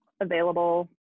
available